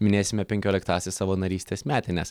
minėsime penkioliktąsias savo narystės metines